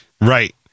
Right